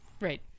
Right